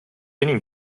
enim